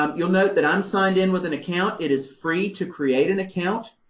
um you'll note that i'm signed in with an account. it is free to create an account,